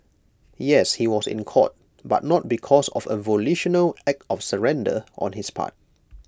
yes he was in court but not because of A volitional act of surrender on his part